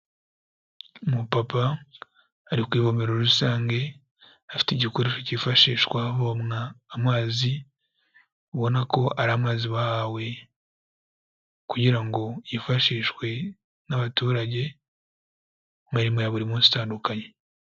Umupapa ari ku ivomero rusange, afite igikoresho cyifashishwa havomwa amazi ubona ko ari amazi bahawe, kugira ngo yifashishwe n'abaturage mu mirimo ya buri munsi itandukanye.